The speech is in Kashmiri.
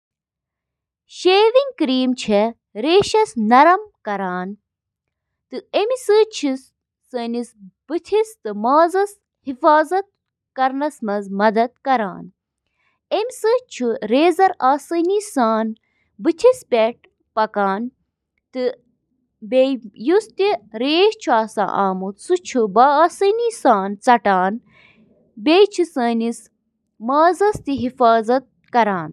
سِکن ہٕنٛدیٚن طرفن چھِ لٔٹہِ آسان، یتھ ریڈنگ تہِ ونان چھِ، واریاہو وجوہاتو کِنۍ، یتھ منٛز شٲمِل چھِ: جعل سازی تہٕ کلپنگ رُکاوٕنۍ، بوزنہٕ یِنہٕ والیٚن ہٕنٛز مدد، لباس کم کرُن تہٕ باقی۔